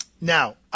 Now